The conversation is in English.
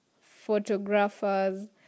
photographers